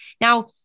Now